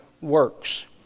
works